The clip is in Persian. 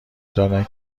دارن